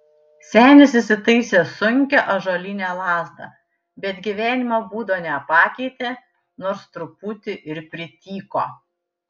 senis įsitaisė sunkią ąžuolinę lazdą bet gyvenimo būdo nepakeitė nors truputį ir prityko